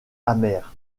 amères